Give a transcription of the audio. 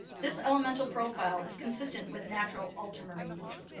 this elemental profile is consistent with natural ultramarine blue.